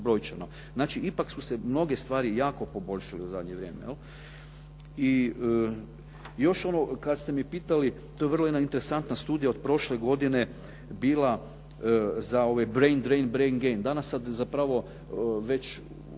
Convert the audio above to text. brojčano. Znači, ipak su se mnoge stvari jako poboljšale u zadnje vrijeme, je li. I još ono kad ste me pitali, to je vrlo jedna interesantna studija od prošle godine bila za ove … /Govornik se ne razumije./ … Danas sad zapravo već